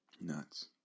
Nuts